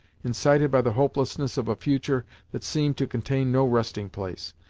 incited by the hopelessness of a future that seemed to contain no resting place,